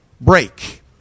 break